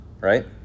right